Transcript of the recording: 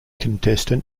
contestant